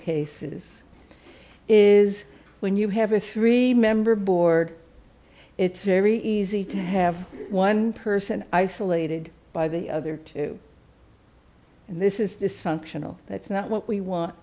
cases is when you have a three member board it's very easy to have one person isolated by the other two and this is dysfunctional that's not what we want